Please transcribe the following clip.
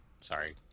Sorry